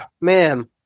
man